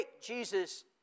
Jesus